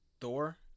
Thor